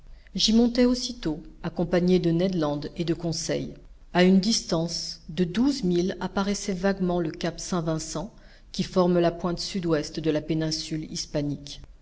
j'y montai aussitôt accompagné de ned land et de conseil a une distance de douze milles apparaissait vaguement le cap saint-vincent qui forme la pointe sud-ouest de la péninsule hispanique